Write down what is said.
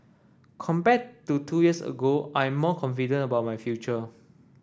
compared to two years ago I'm more confident about my future